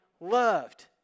loved